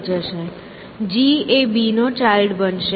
G એ B નું child બનશે